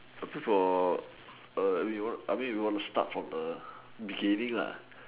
up here for err I mean I mean you want to start from a beginning lah